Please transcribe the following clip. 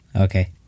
Okay